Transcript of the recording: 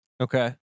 Okay